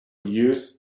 youth